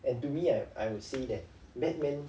and to me right I think that batman